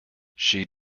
she